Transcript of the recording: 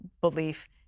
belief